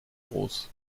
groß